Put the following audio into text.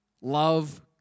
Love